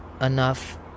enough